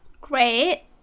Great